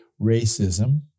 racism